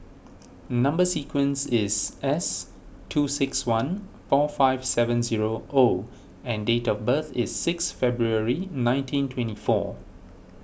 Number Sequence is S two six one four five seven zero O and date of birth is six February nineteen twenty four